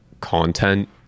content